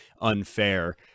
unfair